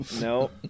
no